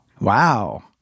Wow